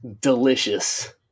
Delicious